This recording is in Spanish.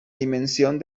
dimensión